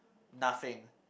nothing